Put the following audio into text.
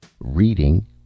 Reading